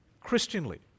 Christianly